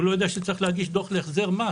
הוא לא יודע שצריך להגיש דוח להחזר מס